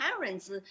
parents